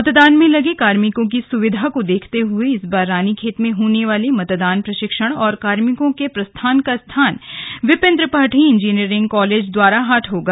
मतदान में लगे कार्मिकों की सुविधा को देखते हुए इस बार रानीखेत में होने वाले मतदान प्रशिक्षण और कार्मिकों के प्रस्थान का स्थान विपिन त्रिपाठी इंजीनियरिंग कालेज द्वाराहाट से होगा